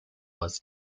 was